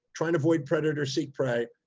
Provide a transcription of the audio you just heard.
trying to avoid predators, seek prey.